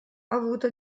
avuto